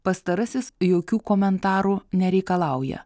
pastarasis jokių komentarų nereikalauja